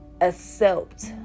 accept